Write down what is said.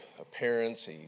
appearance